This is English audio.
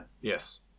Yes